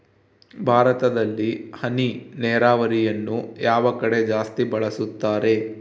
ಭಾರತದಲ್ಲಿ ಹನಿ ನೇರಾವರಿಯನ್ನು ಯಾವ ಕಡೆ ಜಾಸ್ತಿ ಬಳಸುತ್ತಾರೆ?